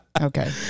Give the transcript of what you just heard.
okay